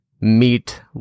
meet